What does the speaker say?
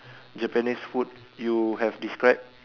Japanese food you have described